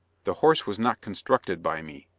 the horse was not constructed by me,